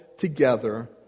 Together